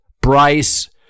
Bryce